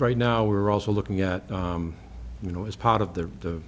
right now we're also looking at you know as part of the